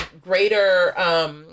greater